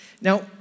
Now